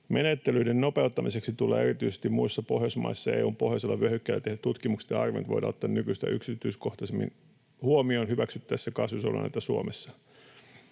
Menettelyiden nopeuttamiseksi tulee erityisesti muissa Pohjoismaissa ja EU:n pohjoisella vyöhykkeellä tehdyt tutkimukset ja arvioinnit voida ottaa nykyistä yksinkertaisemmin huomioon hyväksyttäessä kasvinsuojeluaineita Suomessa.